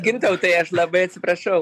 gintautai aš labai atsiprašau